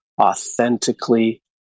authentically